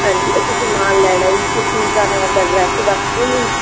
ਹਾਂਜੀ ਅਸੀਂ ਸਮਾਨ ਲੈਣਾ ਜੀ ਤੁਸੀਂ ਸਾਨੂੰ ਆਪਦਾ ਐਡਰੈਸ ਦੱਸ ਦੁੰਗੇ ਜੀ